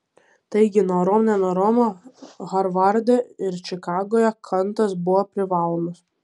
taigi norom nenorom harvarde ir čikagoje kantas buvo privalomas